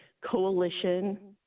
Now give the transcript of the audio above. Coalition